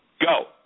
Go